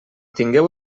tingueu